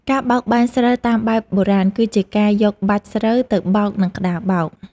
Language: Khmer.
ការបោកបែនស្រូវតាមបែបបុរាណ គឺជាការយកបាច់ស្រូវទៅបោកនឹងក្តារបោក។